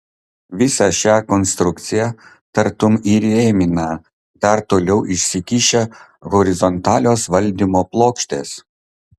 visą šią konstrukciją tartum įrėmina dar toliau išsikišę horizontalios valdymo plokštės